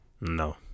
No